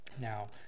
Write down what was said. Now